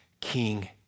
king